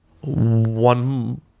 one